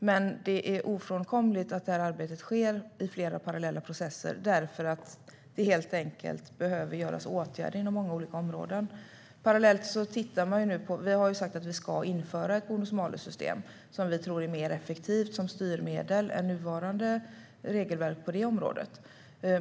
Men det är ofrånkomligt att arbetet sker i flera parallella processer, eftersom det behövs åtgärder inom många olika områden. Vi har sagt att vi ska införa ett bonus-malus-system. Vi tror att det är mer effektivt som styrmedel än det nuvarande regelverket.